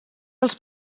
als